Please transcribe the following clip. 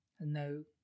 No